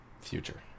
Future